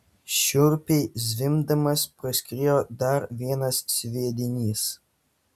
šiurpiai zvimbdamas praskriejo dar vienas sviedinys